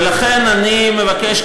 ולכן אני מבקש,